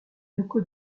locaux